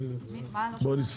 מי נמנע?